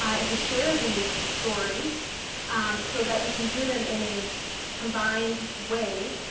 and to share these stories so that we can do them in a combined way.